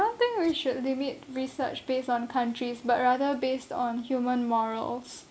I think we should limit research based on countries but rather based on human morals